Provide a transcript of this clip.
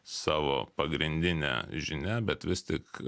savo pagrindine žinia bet vis tik